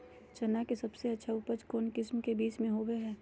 चना के सबसे अच्छा उपज कौन किस्म के बीच में होबो हय?